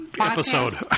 episode